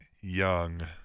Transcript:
Young